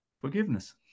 forgiveness